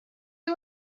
you